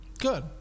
Good